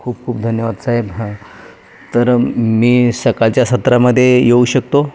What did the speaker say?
खूप खूप धन्यवाद साहेब हां तर मी सकाळच्या सत्रामध्ये येऊ शकतो